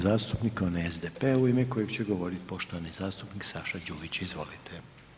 zastupnika je onaj SDP u ime kojeg će govorit poštovani zastupnik Saša Đujić, izvolite.